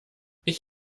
ich